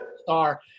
star